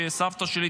וסבתא שלי,